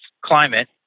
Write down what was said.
climate